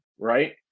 right